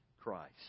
Christ